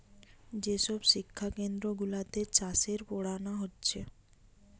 যে সব শিক্ষা কেন্দ্র গুলাতে চাষের পোড়ানা হচ্ছে